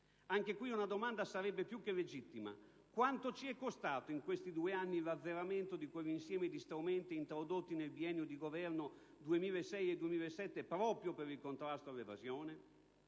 Anche qui una domanda sarebbe più che legittima: quanto ci è costato, in questi due anni, l'azzeramento di quell'insieme di strumenti introdotti nel biennio di Governo 2006-2007 proprio per il contrasto all'evasione?